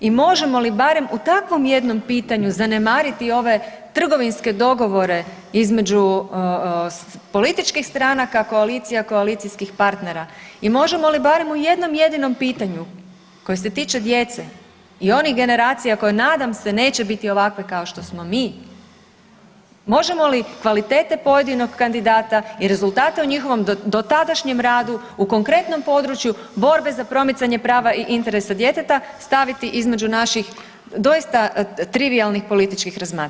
I možemo li barem u takvom jednom pitanju zanemariti ove trgovinske dogovore između političkih stranaka koalicija koalicijskih partnera i možemo li barem u jednom jedinom pitanju koje se tiče djece i onih generacija koje nadam se neće biti ovakve kao što smo mi možemo li kvalitete pojedinog kandidata i rezultate o njihovom dotadašnjem radu u konkretnom području borbe za promicanje prava i interesa djeteta staviti između naših doista trivijalnih političkih razmatranja.